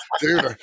Dude